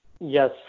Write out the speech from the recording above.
Yes